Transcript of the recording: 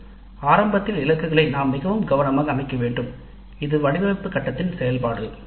நாம் ஆரம்பத்தில் இலக்குகளை மிகவும் கவனமாக அமைக்க வேண்டும் இது வடிவமைப்பு கட்டத்தின் செயல்பாடு